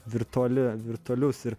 virtuali virtualius ir